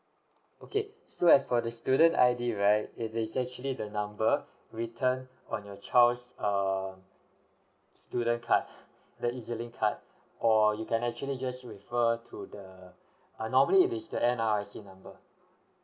okay so as for the student I_D right it is actually the number written on your child's err student card the EZLINK card or you can actually just refer to the err normally it is the N_R_I_C number